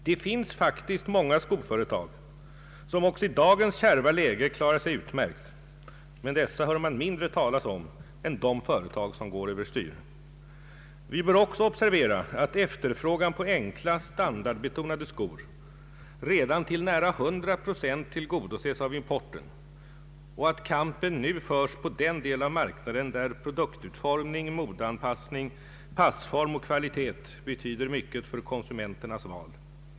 Det finns faktiskt många skoföretag som även i dagens kärva läge klarar sig utmärkt, men dessa hör man mindre talas om än de företag som går överstyr. Vi bör också observera, att efterfrågan på enkla, standardbetonade skor redan till nära 100 procent tillgodoses av importen och att kampen nu förs på den del av marknaden där produktutformning, modeanpassning, passform och kvalitet betyder mycket för konsumenternas val.